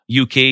UK